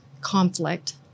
conflict